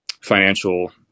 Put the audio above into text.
financial